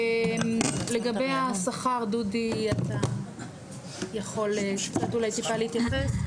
לגבי השכר, דודי, אתה יכול קצת אולי טיפה להתייחס?